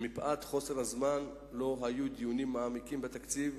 שמפאת חוסר הזמן לא היו דיונים מעמיקים בתקציב.